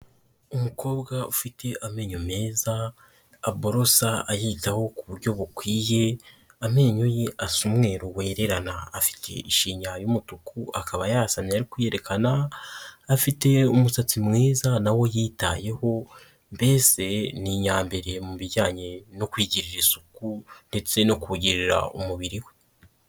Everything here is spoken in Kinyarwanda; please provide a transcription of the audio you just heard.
Umukobwa ufite amenyo meza aborosa ayitaho ku buryo bukwiye, amenyo ye asa umweru wererana, afite ishinya y'umutuku akaba yasamye ari kuyerekana, afite umusatsi mwiza nawo yitayeho mbese ni iyambere mu bijyanye no kwigirira isuku ndetse no kugirira umubiri we.